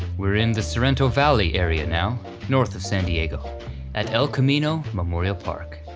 we're in the sorrento valley area now north of san diego at el camino memorial park.